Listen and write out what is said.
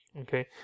okay